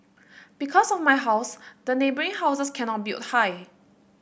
because of my house the neighbouring houses cannot build high